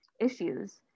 issues